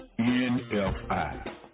NFI